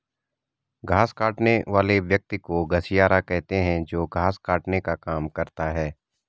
घास काटने वाले व्यक्ति को घसियारा कहते हैं जो घास काटने का काम करता है